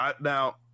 Now